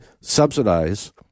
subsidize